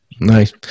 Nice